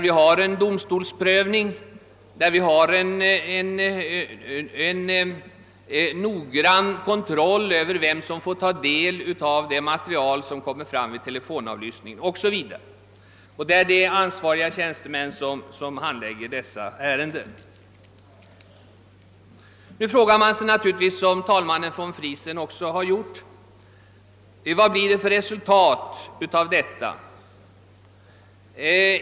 Dessa garantier består av domstolsprövning, noggrann reglering av vem som får ta del av materialet, o.s.v. Det är tjänstemän med stor ansvarskänsla som handlägger dessa ärenden. Man frågar sig naturligtvis, som förste vice talmannen von Friesen gjorde: Vad blir resultatet av detta?